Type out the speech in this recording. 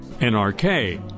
...NRK